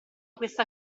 questa